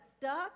duck